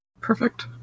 Perfect